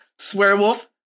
swearwolf